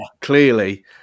clearly